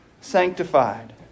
sanctified